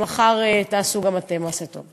שמחר תעשו גם אתם מעשה טוב.